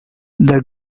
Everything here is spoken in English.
the